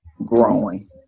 growing